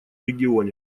регионе